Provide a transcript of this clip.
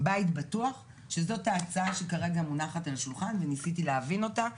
בית בטוח שזאת ההצעה שכרגע מונחת על השולחן וניסיתי להבין אותה.